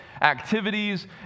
activities